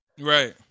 Right